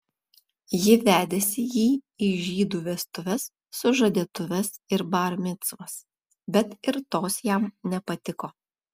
ji vedėsi jį į žydų vestuves sužadėtuves ir bar micvas bet ir tos jam nepatiko